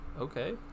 Okay